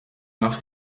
nach